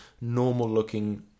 normal-looking